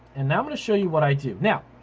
and now i'm gonna show you what i do. now,